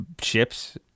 ships